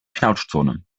knautschzone